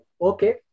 Okay